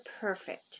perfect